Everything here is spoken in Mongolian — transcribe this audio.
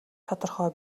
тодорхой